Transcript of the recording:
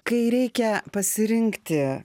kai reikia pasirinkti